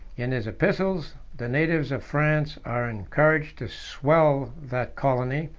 in his epistles, the natives of france are encouraged to swell that colony,